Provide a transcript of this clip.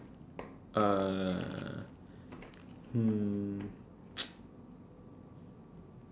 uh hm